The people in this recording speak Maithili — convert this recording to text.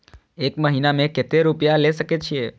एक महीना में केते रूपया ले सके छिए?